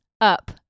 up